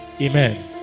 Amen